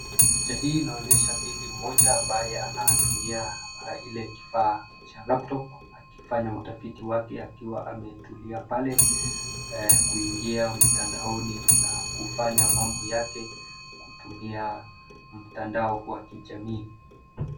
Picha hii inaonyesha binti mmoja ambaye anatumia ile kifaa cha laptop akifanya utafiti wake akiwa ametulia pale kuingia mtandaoni na kufanya mambo yake kutumia mtandao wa kijamii.